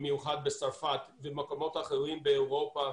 במיוחד בצרפת ובמקומות אחרים באירופה,